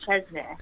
Chesney